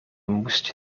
moest